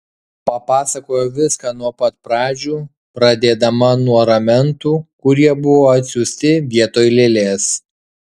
papasakojo viską nuo pat pradžių pradėdama nuo ramentų kurie buvo atsiųsti vietoj lėlės